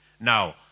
Now